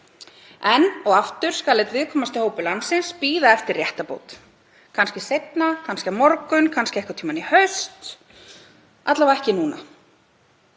Enn og aftur skal einn viðkvæmasti hópur landsins bíða eftir réttarbót. Kannski seinna, kannski á morgun, kannski einhvern tímann í haust, alla vega ekki núna.